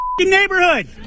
neighborhood